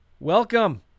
Welcome